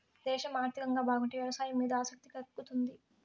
దేశం ఆర్థికంగా బాగుంటే వ్యవసాయం మీద ఆసక్తి తగ్గుతుంది